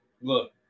Look